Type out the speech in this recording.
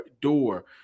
door